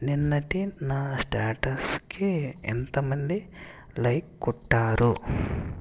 నిన్నటి నా స్టేటస్కి ఎంత మంది లైక్ కొట్టారు